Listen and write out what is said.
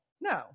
No